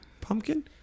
Pumpkin